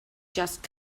just